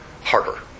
harder